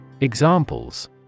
Examples